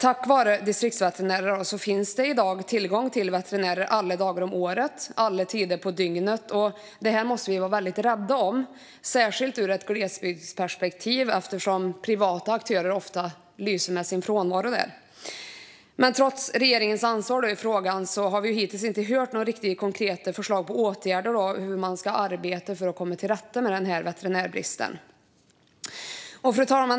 Tack vare Distriktsveterinärerna finns det i dag tillgång till veterinärer alla dagar på året och alla tider på dygnet. Det här måste vi vara väldigt rädda om, särskilt ur ett glesbygdsperspektiv eftersom privata aktörer ofta lyser med sin frånvaro där. Fru talman! Trots regeringens ansvar i frågan har vi hittills inte hört några konkreta förslag på åtgärder eller hur man ska arbeta för att komma till rätta med veterinärbristen.